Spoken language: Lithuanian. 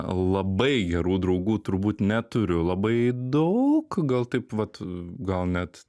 labai gerų draugų turbūt neturiu labai daug gal taip vat gal net